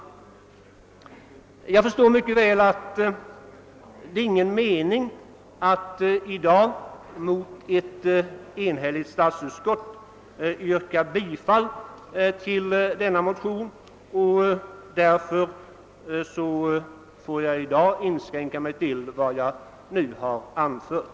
Jag förstår att det inte är någon mening i att i dag mot ett enhälligt statsutskott yrka bifall till motionerna, och därför inskränker jag mig till det nu anförda.